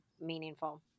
meaningful